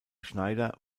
schneider